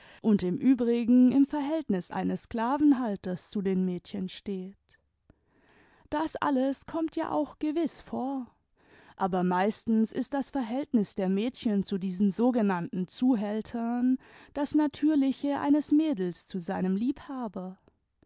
und im übrigen im verhältnis eines sklavenhalters zu den mädchen steht das alles kommt ja auch gewiß vor aber meistens ist das verhältnis der mädchen zu diesen sogenannten zuhältern das natürliche eines mädels zu seinem liebhaber